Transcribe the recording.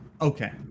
Okay